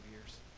years